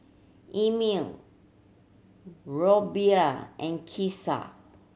Emmie Robley and Keesha